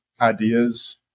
ideas